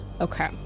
Okay